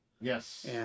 Yes